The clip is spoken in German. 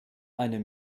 eine